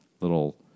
little